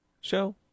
show